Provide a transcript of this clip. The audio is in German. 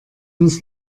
uns